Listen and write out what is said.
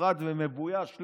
מפוחד ומבויש,